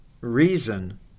Reason